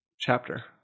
Chapter